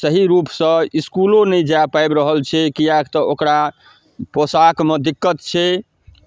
सही रूपसँ इसकुलो नहि जा पाबि रहल छै किएकि तऽ ओकरा पोशाकमे दिक्कत छै